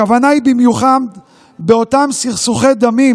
הכוונה היא במיוחד באותם סכסוכי דמים,